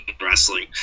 wrestling